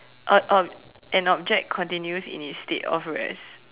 uh uh an object continues in it's state of rest